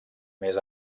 més